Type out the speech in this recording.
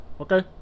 okay